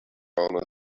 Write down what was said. owner